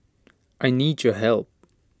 I need your help